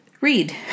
read